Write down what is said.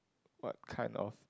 what kind of